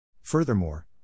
Furthermore